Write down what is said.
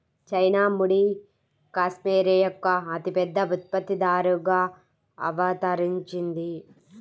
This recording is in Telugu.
చైనా ముడి కష్మెరె యొక్క అతిపెద్ద ఉత్పత్తిదారుగా అవతరించింది